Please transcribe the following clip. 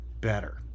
better